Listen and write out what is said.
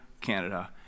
Canada